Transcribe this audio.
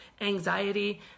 anxiety